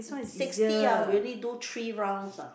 sixty ah we only do three rounds what